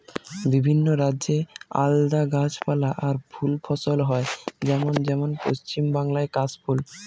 বিভিন্ন রাজ্যে আলদা গাছপালা আর ফুল ফসল হয় যেমন যেমন পশ্চিম বাংলায় কাশ ফুল